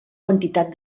quantitat